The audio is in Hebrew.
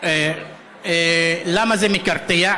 למה זה מקרטע?